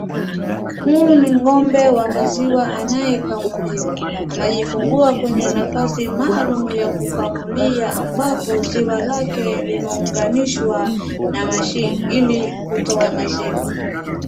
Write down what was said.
Huyu ni ng'ombe wa maziwa anayekamuliwa. Amejifungua kwenye nafasi maalum ya kukamulia ambapo ziwa lake limeunganishwa na machine ili kutoa maziwa.